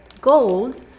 gold